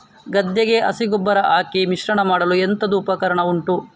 ಗದ್ದೆಗೆ ಹಸಿ ಗೊಬ್ಬರ ಹಾಕಿ ಮಿಶ್ರಣ ಮಾಡಲು ಎಂತದು ಉಪಕರಣ ಉಂಟು?